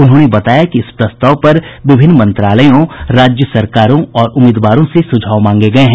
उन्होंने बताया कि इस प्रस्ताव पर विभिन्न मंत्रालयों राज्य सरकारों और उम्मीदवारों से सुझाव मांगे गये हैं